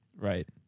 Right